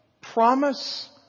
promise